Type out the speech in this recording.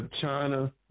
China